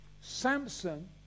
Samson